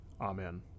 Amen